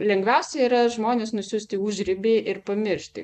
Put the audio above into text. lengviausia yra žmones nusiųst į užribį ir pamiršti